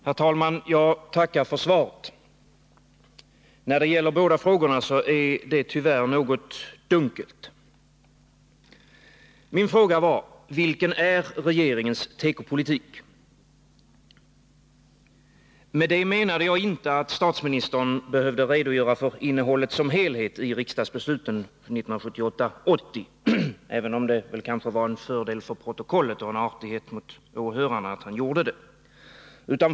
Herr talman! Jag tackar för svaret. När det gäller båda frågorna är det tyvärr något dunkelt. Min fråga var: Vilken är regeringens tekopolitik? Med detta menade jag inte att statsministern behövde redogöra för innehållet som helhet i riksdagsbesluten 1978-1980 — även om det kanske var en fördel för protokollet och en artighet mot åhörarna att han gjorde det.